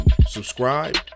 subscribe